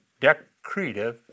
decretive